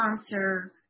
sponsor